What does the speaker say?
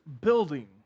building